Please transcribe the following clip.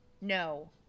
No